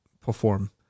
perform